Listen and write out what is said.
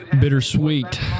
Bittersweet